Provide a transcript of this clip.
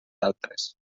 altres